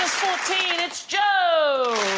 it's joe